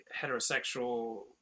heterosexual